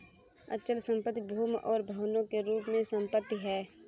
अचल संपत्ति भूमि और भवनों के रूप में संपत्ति है